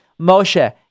Moshe